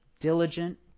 diligent